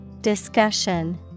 Discussion